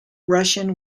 russian